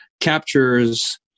captures